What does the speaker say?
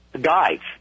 guides